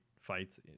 fights